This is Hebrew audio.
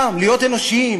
סתם להיות אנושיים,